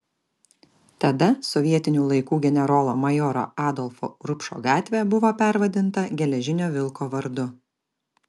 tada sovietinių laikų generolo majoro adolfo urbšo gatvė buvo pervadinta geležinio vilko vardu